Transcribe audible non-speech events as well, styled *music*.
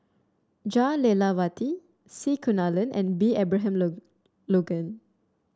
Jah Lelawati C Kunalan and B Abraham *unintelligible* Logan